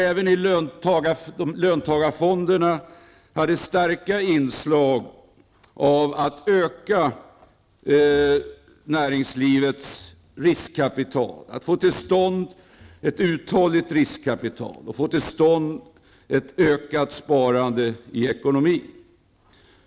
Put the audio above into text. Även löntagarfonderna hade starka inslag som innebar att man skulle öka näringslivets riskkapital, få till stånd ett uthålligt riskkapital och ett ökat sparande i ekonomin.